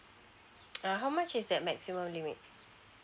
uh how much is that maximum limit